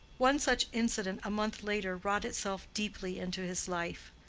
one such incident a month later wrought itself deeply into his life.